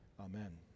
Amen